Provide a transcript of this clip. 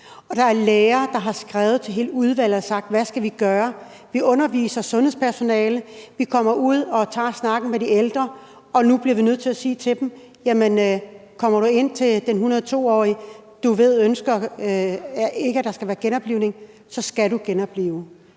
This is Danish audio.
og der er læger, der har skrevet til hele udvalget og spurgt: Hvad skal vi gøre? Vi underviser sundhedspersonale, vi kommer ud og tager snakken med de ældre, og nu bliver vi nødt til at sige til dem, at kommer de ind til den 102-årige, som de ved ikke ønsker genoplivning, så skal de genoplive.